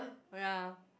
ya